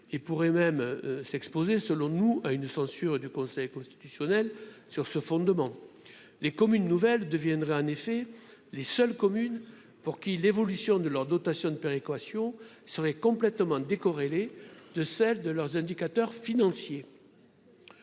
et pourrait même s'exposer, selon nous, à une censure du Conseil constitutionnel sur ce fondement les communes nouvelles deviendraient en effet les seules communes pour qui l'évolution de leurs dotations de péréquation serait complètement décorrélé de celle de leurs indicateurs financiers